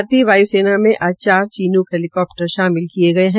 भारतीय वाय् सेना में आज चार चीनूक हैलीकप्टर शामिल किए गये है